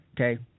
okay